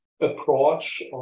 approach